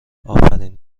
آفرین